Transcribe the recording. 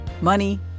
money